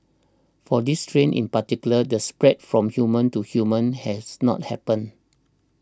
for this strain in particular the spread from human to human has not happened